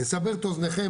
לסבר את אוזניכם,